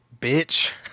Bitch